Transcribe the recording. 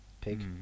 Pig